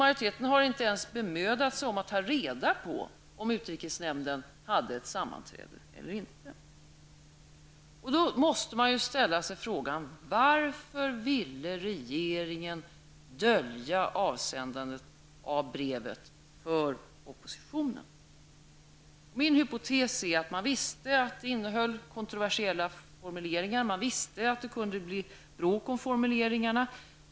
Majoriteten har inte ens bemödat sig om att ta reda på om utrikesnämnden hade ett sammanträde. Man måste då ställa sig frågan: Varför ville regeringen dölja avsändandet av brevet för oppositionen? Min hypotes är att den visste att brevet innehöll kontroversiella formuleringar och att det kunde bli bråk om formuleringarna.